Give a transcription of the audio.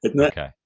Okay